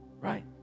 Right